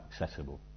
accessible